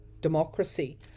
democracy